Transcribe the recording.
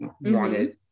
wanted